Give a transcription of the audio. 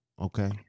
Okay